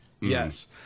Yes